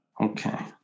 Okay